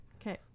Okay